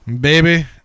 Baby